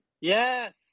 Yes